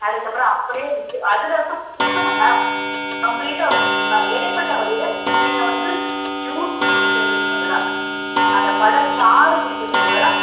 அதுக்கப்புறம் அப்படியே விட்டுவிட்டு அதுலேருந்து மூணு மணி நேரம் கம்ப்ளீட்டாக ஒரு மூணு நேரம் இடைப்பட்ட வேளையில் நீங்கள் வந்து ஜூஸ்ஸு குடிக்கிறதுக்கு பதிலாக அந்த பழச்சாறு குடிக்கிறதுக்கு பதிலாக